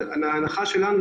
אבל ההנחה שלנו,